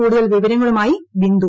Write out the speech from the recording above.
കൂടുതൽവിവരങ്ങളുമായി Bindu